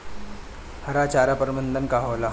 हरा चारा प्रबंधन का होला?